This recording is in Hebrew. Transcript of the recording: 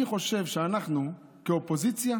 אני חושב שאנחנו כאופוזיציה